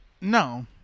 No